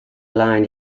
line